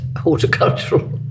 horticultural